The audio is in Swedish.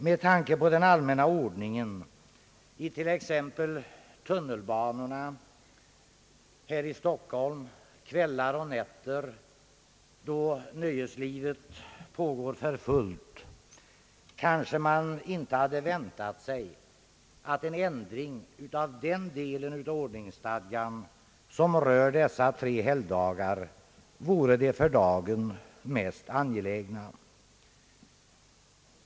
Med tanke på den allmänna ordningen i t.ex. tunnelbanorna här i Stockholm under kvällar och nätter, då nöjeslivet pågår för fullt, kanske man inte hade väntat sig att en ändring av den del av ordningsstadgan som rör dessa tre helgdagar vore den för dagen mest angelägna.